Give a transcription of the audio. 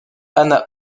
hanna